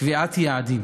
קביעת יעדים.